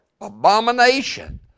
abomination